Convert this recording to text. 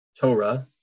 Torah